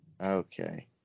Okay